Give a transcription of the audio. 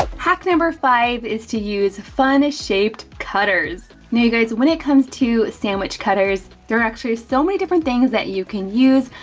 hack number five is to use funnest shaped cutters. and you guys, when it comes to sandwich cutters, there are actually so many different things that you can use.